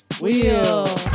Wheel